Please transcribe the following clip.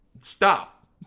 stop